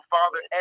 Father